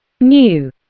New